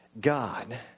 God